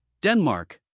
Denmark